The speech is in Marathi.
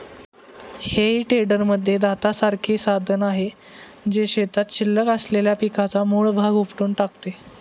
हेई टेडरमध्ये दातासारखे साधन आहे, जे शेतात शिल्लक असलेल्या पिकाचा मूळ भाग उपटून टाकते